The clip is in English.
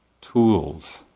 tools